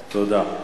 תודה.